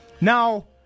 Now